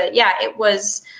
yeah, it was